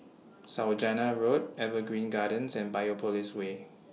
Saujana Road Evergreen Gardens and Biopolis Way